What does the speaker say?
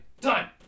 done